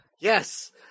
yes